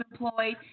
employed